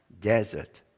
desert